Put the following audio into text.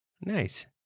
Nice